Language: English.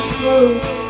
close